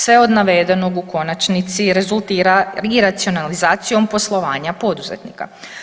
Sve od navedenog u konačnici rezultirati će racionalizacijom poslovanja poduzetnika.